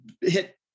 hit